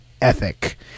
ethic